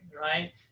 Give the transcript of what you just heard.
right